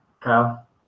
Kyle